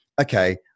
okay